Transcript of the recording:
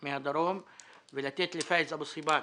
הסוגיה שהזכיר ראש המועצה האזורית נווה מדבר,